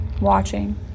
watching